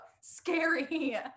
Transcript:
scary